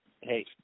Hey